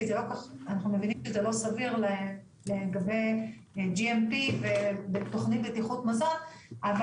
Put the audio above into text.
כי אנחנו מבינים שזה לא סביר לגבי GMP ותוכנית בטיחות מזון אבל